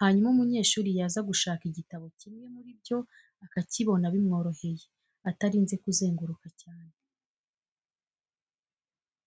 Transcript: hanyuma umunyeshuri yaza gushaka igitabo kimwe muri byo akakibona bimworoheye atarinze kuzenguruka cyane.